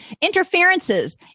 Interferences